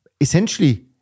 essentially